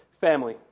family